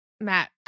matt